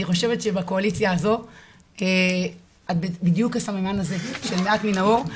אני חושבת שבקואליציה הזו את בדיוק הסממן הזה של מעט מן האור.